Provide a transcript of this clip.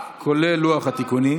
כולל לוח התיקונים.